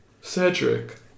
Cedric